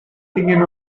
tinguin